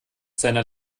seiner